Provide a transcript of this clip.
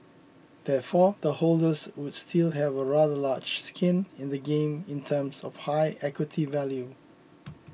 therefore the holders should still have a rather large skin in the game in terms of a high equity value